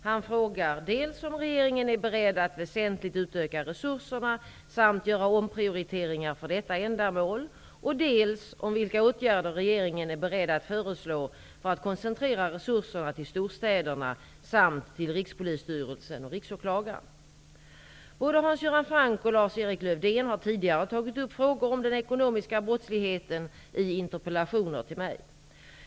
Han frågar dels om regeringen är beredd att väsentligt utöka resurserna samt göra omprioriteringar för detta ändamål, dels vilka åtgärder regeringen är beredd att föreslå för att koncentrera resurserna till storstäderna samt till Både Hans Göran Franck och Lars-Erik Lövdén har tidigare tagit upp frågor om den ekonomiska brottsligheten i interpellationer till mig.